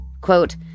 Quote